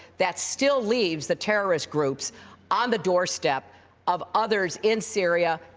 that still leaves the terrorist groups on the doorstep of others in syria,